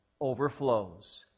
overflows